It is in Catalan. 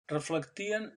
reflectien